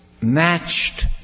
matched